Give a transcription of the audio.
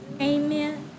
amen